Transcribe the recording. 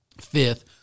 Fifth